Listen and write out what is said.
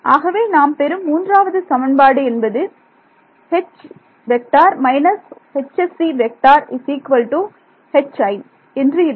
ஆகவே நாம் பெறும் மூன்றாவது சமன்பாடு என்பது என்று இருக்கும்